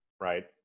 right